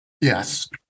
Yes